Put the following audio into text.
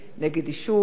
נגד עישון,